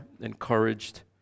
encouraged